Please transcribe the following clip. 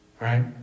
Right